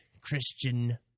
Christian